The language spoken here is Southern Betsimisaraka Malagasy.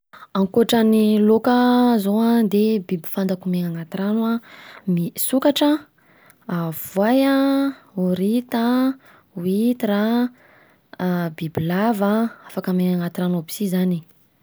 Ankoatran'ny lôka zao an, de biby fantako miaina anaty rano an, ny sokatra an, a voay an, horita an, huitre an, an bibilava an, afaka miaina anaty rano aby si izany.